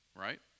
right